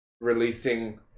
releasing